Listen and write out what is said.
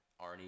Arnie